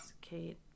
kate